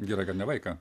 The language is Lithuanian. gerai kad ne vaiką